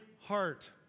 heart